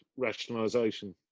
rationalisation